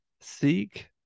seek